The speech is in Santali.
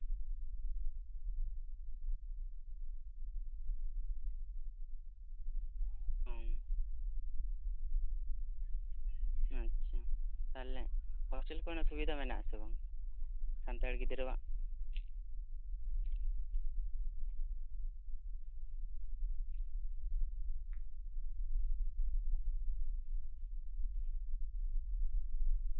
ᱦᱚᱸ ᱟᱪᱪᱷᱟ ᱛᱟᱦᱞᱮ ᱦᱳᱥᱴᱮᱞ ᱠᱚᱨᱮᱱᱟᱜ ᱥᱩᱵᱤᱫᱟ ᱢᱮᱱᱟᱜ ᱟᱥᱮ ᱵᱟᱝ ᱥᱟᱱᱛᱟᱲ ᱜᱤᱫᱽᱨᱟᱹᱣᱟᱜ